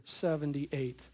78